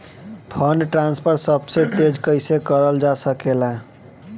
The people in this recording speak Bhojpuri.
फंडट्रांसफर सबसे तेज कइसे करल जा सकेला?